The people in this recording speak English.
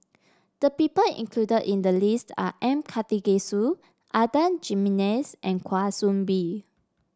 the people included in the list are M Karthigesu Adan Jimenez and Kwa Soon Bee